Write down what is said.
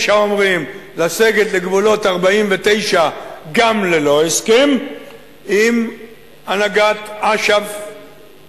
יש האומרים: לסגת לגבולות 49' גם ללא הסכם עם הנהגת אש"ף-"חמאס",